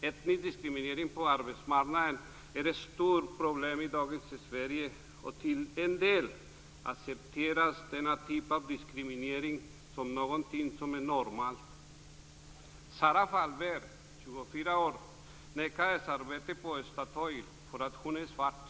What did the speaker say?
Etnisk diskriminering på arbetsmarknaden är ett stort problem i dagens Sverige, och till en del accepteras denna typ av diskriminering som något normalt. Sara Fahlberg, 24 år, nekades arbete på Statoil därför att hon är svart.